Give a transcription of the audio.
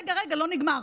רגע, רגע, לא נגמר.